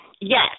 Yes